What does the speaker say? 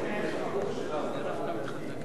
של הערכה הדדית, לא כמו החיוך